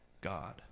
God